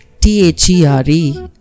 T-H-E-R-E